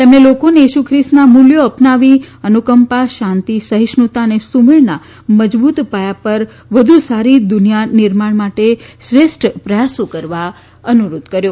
તેમણે લોકોને ઇશુ ખ્રિસ્તના મૂલ્યો અપનાવી અનુકંપા શાંતિ સહિષ્ણુતા અને સુમેળના મજબૂત પાયા પર વધુ સારી દુનિયા નિર્માણ માટે શ્રેષ્ઠ પ્રયાસો કરવા અનુરોધ કર્યો